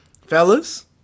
fellas